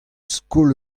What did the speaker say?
skol